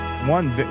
one